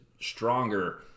stronger